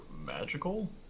magical